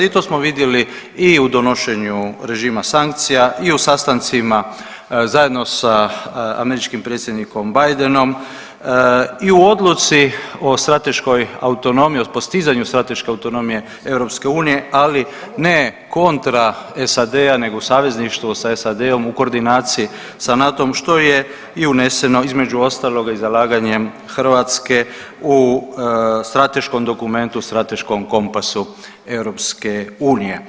I to smo vidjeli i u donošenju režima sankcija i u sastancima zajedno sa američkim predsjednikom Bidenom i u odluci o strateškoj autonomiji, o postizanju strateške autonomije EU ali ne kontra SAD-a nego savezništvo sa SAD-om u koordinaciji sa NATO-om što je i uneseno između ostaloga i zalaganjem Hrvatske u strateškom dokumentu, strateškom kompasu EU.